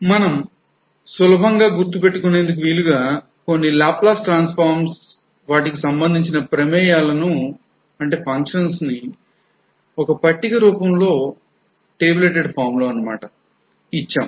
మనం సులభంగా గుర్తు పెట్టుకునేందుకు వీలుగా కొన్ని laplace transforms వాటికి సంబంధించిన ప్రమేయాల ను function లను ఒక పట్టిక రూపంలో tabulated form లో ఇచ్చాము